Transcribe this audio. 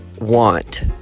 want